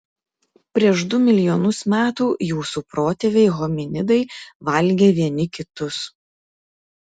prieš du milijonus metų jūsų protėviai hominidai valgė vieni kitus